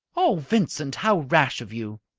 oh, vincent, how rash of you!